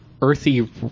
earthy